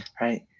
right